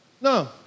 No